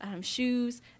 Shoes